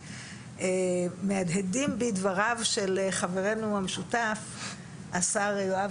מהדהדים בי דבריו של חברנו המשותף השר יואב